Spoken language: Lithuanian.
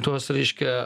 tuos reiškia